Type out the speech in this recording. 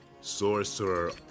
Sorcerer